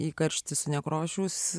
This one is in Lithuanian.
įkarštis nekrošiaus